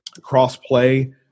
cross-play